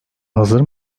hazır